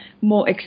more